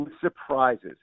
surprises